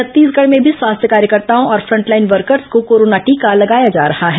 छत्तीसगढ़ में मी स्वास्थ्य कार्यकर्ताओं और फ्रंटलाइन वर्कर्स को कोरोना टीका लगाया जा रहा है